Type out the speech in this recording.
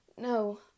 no